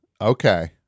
Okay